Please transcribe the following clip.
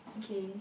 okay